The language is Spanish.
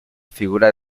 figura